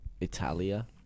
Italia